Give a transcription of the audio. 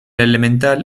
elemental